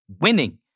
winning